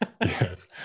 Yes